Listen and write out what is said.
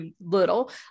little